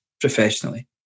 professionally